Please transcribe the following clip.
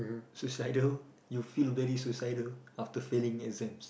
suicidal you feel very suicidal after failing exams